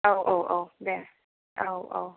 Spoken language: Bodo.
औ औ औ दे औ औ